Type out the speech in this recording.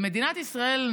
במדינת ישראל,